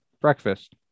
Breakfast